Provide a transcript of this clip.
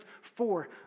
four